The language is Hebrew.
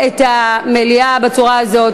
הצעת החוק תועבר לוועדה המוסמכת לדון בכך,